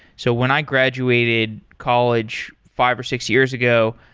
so when i graduated college five or six years ago,